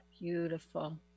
beautiful